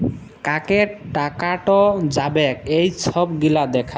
কাকে টাকাট যাবেক এই ছব গিলা দ্যাখা